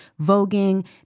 voguing